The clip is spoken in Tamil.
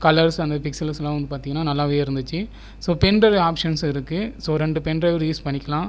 கலர்ஸ் வந்து பிக்சல்ஸுலாம் வந்து பார்த்தீங்கனா நல்லாவே இருந்துச்சு ஸோ பென்ட்ரைவ் ஆப்ஷன்ஸ் இருக்குது ஸோ ரெண்டு பென்ட்ரைவ் யூஸ் பண்ணிக்கலாம்